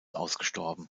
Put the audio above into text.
ausgestorben